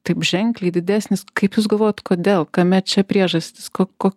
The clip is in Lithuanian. taip ženkliai didesnis kaip jūs galvojat kodėl kame čia priežastys ko ko